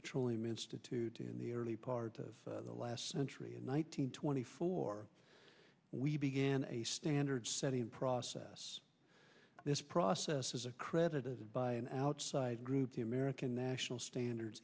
petroleum institute in the early part of the last century in one nine hundred twenty four we began a standard setting process this process is a credited by an outside group the american national standard